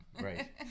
Right